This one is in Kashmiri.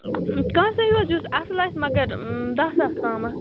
کٲنسہِ ہیٚو حظ یُس اصٕل آسہِ مگر دہ ساس تامٕتھ